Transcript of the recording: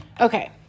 Okay